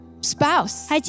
spouse